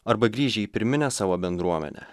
arba grįžę į pirminę savo bendruomenę